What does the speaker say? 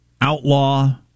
outlaw